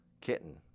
kitten